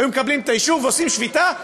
היו מקבלים את האישור ועושים שביתה,